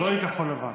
אז זוהי כחול לבן.